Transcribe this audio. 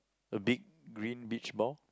a big green beach ball